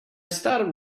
started